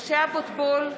משה אבוטבול,